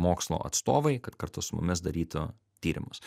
mokslo atstovai kad kartu su mumis darytų tyrimus